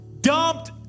dumped